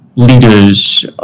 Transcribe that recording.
leaders